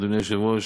אדוני היושב-ראש,